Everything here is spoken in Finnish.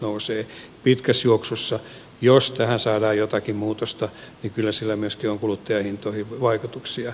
pitkässä juoksussa jos tähän saadaan jotakin muutosta kyllä sillä myöskin on kuluttajahintoihin vaikutuksia